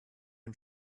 ihm